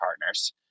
partners